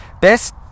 Best